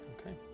Okay